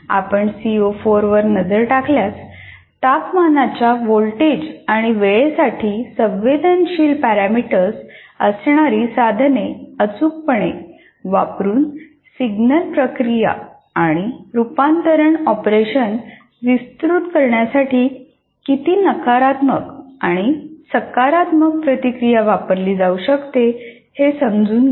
आपण सीओ 4 वर नजर टाकल्यास तापमानाच्या व्होल्टेज आणि वेळेसाठी संवेदनशील पॅरामीटर्स असणारी साधने अचूकपणे वापरुन सिग्नल प्रक्रिया आणि रूपांतरण ऑपरेशन विस्तृत करण्यासाठी किती नकारात्मक आणि सकारात्मक प्रतिक्रिया वापरली जाऊ शकते हे समजून घ्या